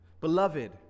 Beloved